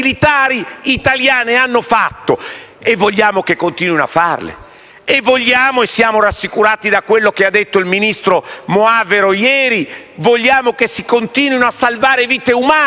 italiane hanno fatto; e vogliamo che continuino a fare. Siamo rassicurati da ciò che ha detto il ministro Moavero Milanesi ieri: vogliamo che si continuino a salvare vite umane